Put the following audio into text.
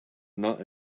not